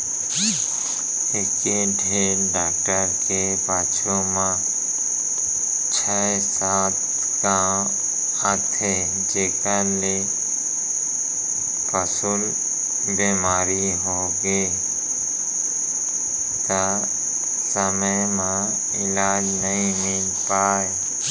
एके ढोर डॉक्टर के पाछू म छै सात गॉंव आथे जेकर ले पसु ल बेमारी होगे त समे म इलाज नइ मिल पावय